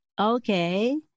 Okay